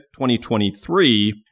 2023